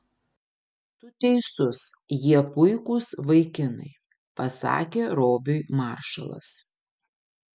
tu teisus jie puikūs vaikinai pasakė robiui maršalas